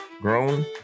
grown